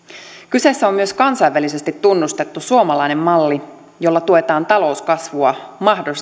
kyseessä on myös kansainvälisesti tunnustettu suomalainen malli jolla tuetaan talouskasvua